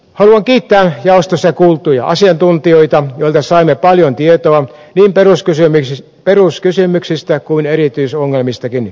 haluan kiittää jaostossa kuultuja asiantuntijoita joilta saimme paljon tietoa niin peruskysymyksistä kuin erityisongelmistakin